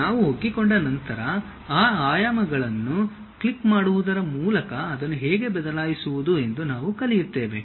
ನಾವು ಒಗ್ಗಿಕೊಂಡ ನಂತರ ಆ ಆಯಾಮಗಳನ್ನು ಕ್ಲಿಕ್ ಮಾಡುವುದರ ಮೂಲಕ ಅದನ್ನು ಹೇಗೆ ಬದಲಾಯಿಸುವುದು ಎಂದು ನಾವು ಕಲಿಯುತ್ತೇವೆ